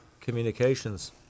communications